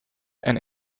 and